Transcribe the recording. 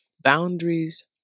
boundaries